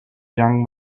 young